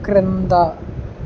క్రింద